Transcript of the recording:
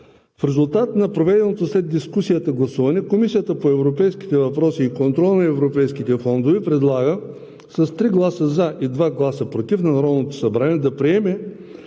В резултат на проведеното след дискусията гласуване Комисията по европейските въпроси и контрол на европейските фондове предлага с 3 гласа „за“ и 2 гласа „против“ на